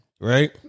Right